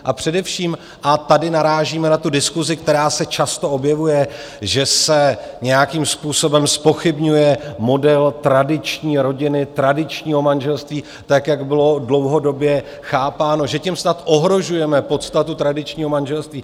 A především a tady narážíme na tu diskusi, která se často objevuje že se nějakým způsobem zpochybňuje model tradiční rodiny, tradičního manželství, jak bylo dlouhodobě chápáno, že tím snad ohrožujeme podstatu tradičního manželství.